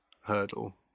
hurdle